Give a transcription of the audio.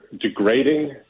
degrading